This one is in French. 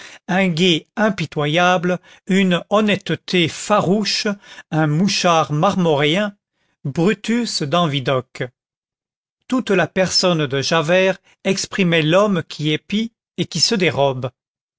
un guet impitoyable une honnêteté farouche un mouchard marmoréen brutus dans vidocq toute la personne de javert exprimait l'homme qui épie et qui se dérobe